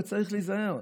וצריך להיזהר.